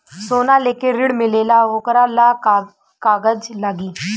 सोना लेके ऋण मिलेला वोकरा ला का कागज लागी?